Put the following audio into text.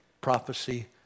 prophecy